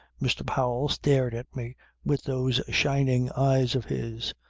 mr. powell stared at me with those shining eyes of his.